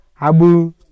Abu